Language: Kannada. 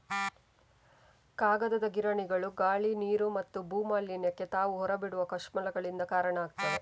ಕಾಗದದ ಗಿರಣಿಗಳು ಗಾಳಿ, ನೀರು ಮತ್ತು ಭೂ ಮಾಲಿನ್ಯಕ್ಕೆ ತಾವು ಹೊರ ಬಿಡುವ ಕಲ್ಮಶಗಳಿಂದ ಕಾರಣ ಆಗ್ತವೆ